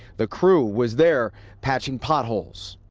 the crew was there patching potholes.